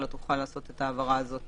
אלא תוכל לעשות את ההעברה הזאת